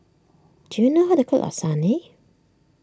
do you know how to cook Lasagne